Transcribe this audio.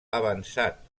avançat